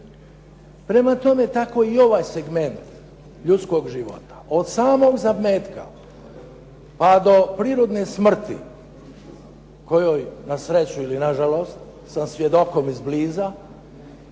Prema tome, tako i ovaj segment ljudskog života od samog zametka pa do prirodne smrti kojoj na sreću ili nažalost sam svjedokom izbliza,